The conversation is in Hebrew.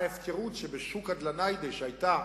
ההפקרות שבשוק הדלא-ניידי שהיתה